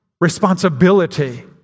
responsibility